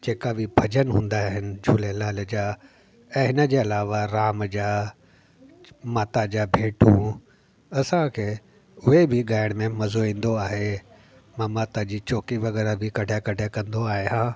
जेका बि भॼन हूंदा आहिनि झूलेलाल जा ऐं हिन जे अलावा राम जा माता जा भेटूं असां खे उहे बि ॻाइण में मज़ो ईंदो आहे मां माता जी चौकी वग़ैरह बि कडहिं कॾहिं कंदो आहियां